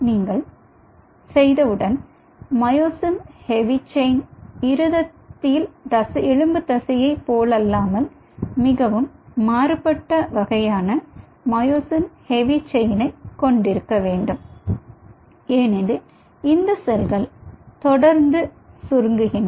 நீங்கள் இதைச் செய்தவுடன் மயோசின் ஹெவி செயின் இருதயத்தில் எலும்பு தசையைப் போலல்லாமல் மிகவும் மாறுபட்ட வகையான மயோசின் ஹெவி செயினை கொண்டிருக்க வேண்டும் ஏனெனில் இந்த செல்கள் தொடர்ந்து சுருங்குகின்றன